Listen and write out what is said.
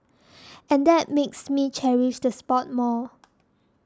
and that makes me cherish the spot more